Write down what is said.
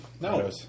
No